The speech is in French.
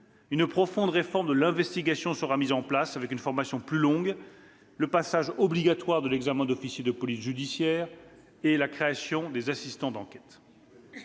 Une profonde réforme de l'investigation sera mise en place, avec une formation plus longue, le passage obligatoire de l'examen d'officier de police judiciaire et la création des assistants d'enquête.